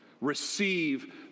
Receive